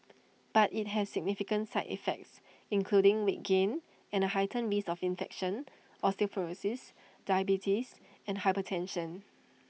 but IT has significant side effects including weight gain and A heightened risk of infection osteoporosis diabetes and hypertension